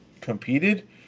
competed